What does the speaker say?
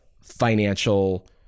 financial